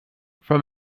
from